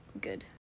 good